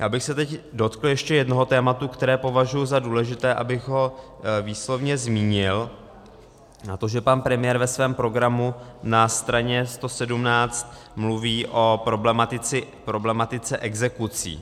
Já bych se teď dotkl ještě jednoho tématu, které považuji za důležité, abych ho výslovně zmínil, a to že pan premiér ve svém programu na straně 117 mluví o problematice exekucí.